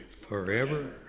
forever